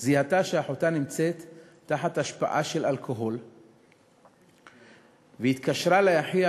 זיהתה שאחותה נמצאת תחת השפעה של אלכוהול והתקשרה לאחיה,